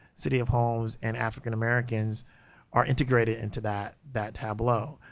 city of homes and african-americans are integrated into that that tableau.